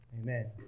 amen